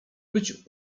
być